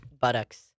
buttocks